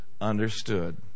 understood